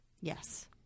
Yes